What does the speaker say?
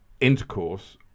intercourse